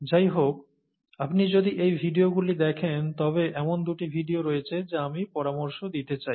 যাইহোক আপনি যদি এই ভিডিওগুলি দেখেন তবে এমন দুটি ভিডিও রয়েছে যা আমি পরামর্শ দিতে চাই